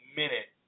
minute